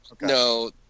No